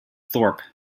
thorp